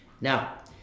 now